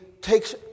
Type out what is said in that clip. takes